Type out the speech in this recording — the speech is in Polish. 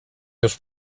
już